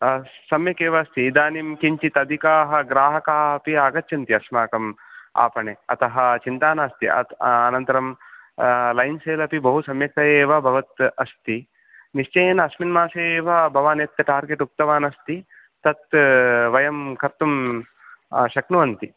सम्यकेव अस्ति इदानीं किञ्चित् अधिकाः ग्राहकाः अपि आगच्छन्ति अस्माकम् आपणे अतः चिन्ता नास्ति अनन्तरं लैन् शेर् अपि बहु सम्यगेव भवत् अस्ति निश्चयेन अस्मिन् मासे एव भवान् यत् टार्गेट् उक्तवान् अस्ति तत् वयं कर्तुं शक्नुवन्ति